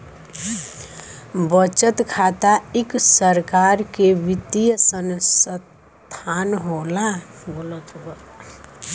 बचत खाता इक परकार के वित्तीय सनसथान होला